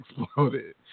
exploded